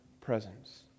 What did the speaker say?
presence